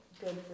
good